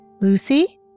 Lucy